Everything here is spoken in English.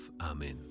Amen